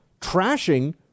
trashing